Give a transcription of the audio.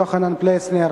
יוחנן פלסנר,